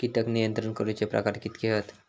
कीटक नियंत्रण करूचे प्रकार कितके हत?